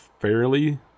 fairly